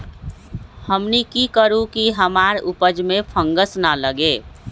हमनी की करू की हमार उपज में फंगस ना लगे?